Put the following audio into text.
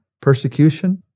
Persecution